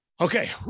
okay